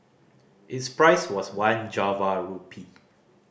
its price was one Java rupee